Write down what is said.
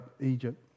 Egypt